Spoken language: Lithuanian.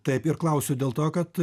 taip ir klausiu dėl to kad